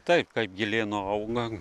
taip kai gėlė nuauga